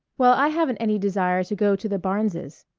well, i haven't any desire to go to the barneses.